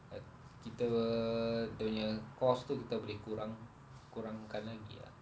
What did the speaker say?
uh kita dia punya cost itu kita boleh kurang kurangkan lagi ah